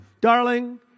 Darling